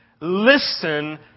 listen